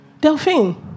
Delphine